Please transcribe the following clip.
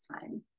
time